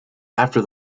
after